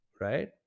right